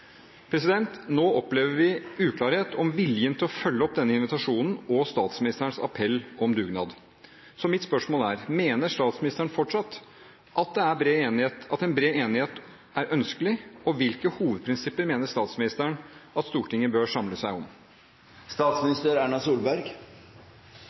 Nå opplever vi uklarhet om viljen til å følge opp denne invitasjonen og statsministerens appell om dugnad. Så mitt spørsmål er: Mener statsministeren fortsatt at en bred enighet er ønskelig, og hvilke hovedprinsipper mener statsministeren at Stortinget bør samle seg